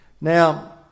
Now